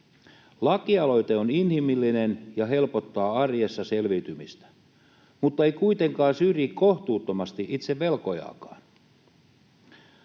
Lakialoite on inhimillinen ja helpottaa arjessa selviytymistä mutta ei kuitenkaan syrji kohtuuttomasti itse velkojaakaan.